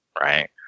right